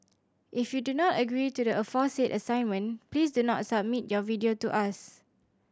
if you do not agree to the aforesaid assignment please do not submit your video to us